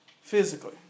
physically